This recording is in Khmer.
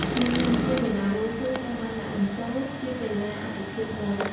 នៅកម្ពុជា កីឡាវ៉ូស៊ូត្រូវបានដាក់បញ្ចូលជាកីឡាអាទិភាពមួយ។